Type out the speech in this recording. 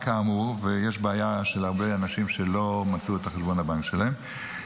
ויש בעיה של הרבה אנשים שלא מצאו את חשבון הבנק שלהם,